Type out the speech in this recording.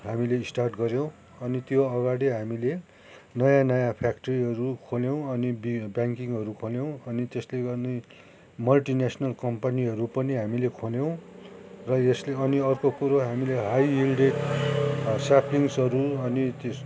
हामीले स्टार्ट गर्यौँ अनि त्यो अगाडि हामीले नयाँ नयाँ फ्याक्ट्रीहरू खोल्यौँ अनि ब्याङकिङहरू खोल्यौँ अनि त्यसले अनि मल्टिनेसनल कम्पनीहरू पनि हामीले खोल्यौँ र यसले अनि अर्को कुरो हामीले हाई इल्डेड स्यापलिङ्सहरू अनि